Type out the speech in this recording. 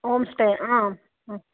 home stay ಹಾಂ ಹಾಂ